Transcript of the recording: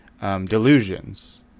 delusions